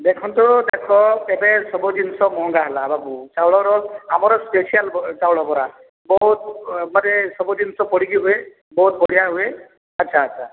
ଦେଖନ୍ତୁ ଦେଖ ଏବେ ସବୁ ଜିନିଷ ମହଙ୍ଗା ହେଲା ବାବୁ ଚାଉଳର ଆମର ସ୍ପେଶିଆଲ୍ ଚାଉଳ ବରା ବହୁତ୍ ମାନେ ସବୁ ଜିନିଷ ପଡ଼ିକି ହୁଏ ବହୁତ ବଢ଼ିଆ ହୁଏ ଆଚ୍ଛା ଆଚ୍ଛା